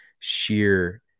sheer